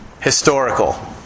historical